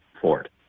Ford